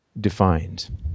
defined